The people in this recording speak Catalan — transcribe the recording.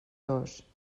dos